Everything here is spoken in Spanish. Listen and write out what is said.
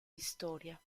historia